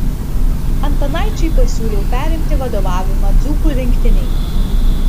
antanaičiui pasiūliau perimti vadovavimą dzūkų rinktinei